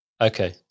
Okay